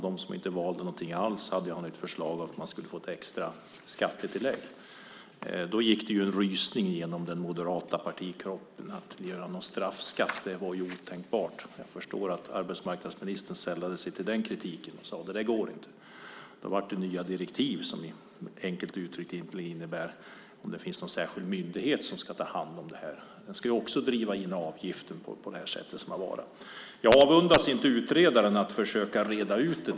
De som inte valde någonting alls föreslogs få ett extra skattetillägg. Då gick det en rysning genom den moderata partikroppen. Att göra en straffskatt var någonting otänkbart. Jag förstår att arbetsmarknadsministern sällade sig till den kritiken och sade: Det där går inte. Det kom nya direktiv som enkelt innebar att det skulle finnas en särskild myndighet som skulle ta hand om det. Den ska också driva in avgiften på detta sätt. Jag avundas inte utredaren att försöka reda ut det.